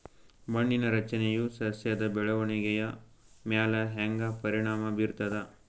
ಮಣ್ಣಿನ ರಚನೆಯು ಸಸ್ಯದ ಬೆಳವಣಿಗೆಯ ಮ್ಯಾಲ ಹ್ಯಾಂಗ ಪರಿಣಾಮ ಬೀರ್ತದ?